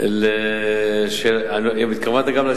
אני רוצה לומר,